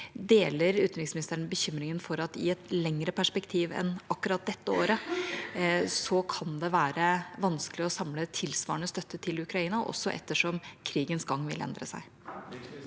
Deler utenriksministeren bekymringen for at i et lengre perspektiv enn akkurat dette året kan det være vanskelig å samle tilsvarende støtte til Ukraina, også etter som krigens gang vil endre seg?